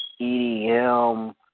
EDM